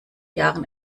jahren